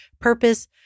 purpose